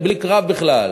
בלי קרב בכלל,